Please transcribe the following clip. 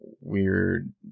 weird